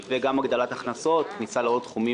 הגדלת הכנסות, כניסה לעוד תחומים.